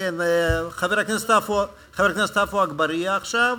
חבר הכנסת עפו אגבאריה עכשיו,